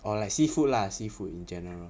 or like seafood lah seafood in general